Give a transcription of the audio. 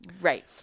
right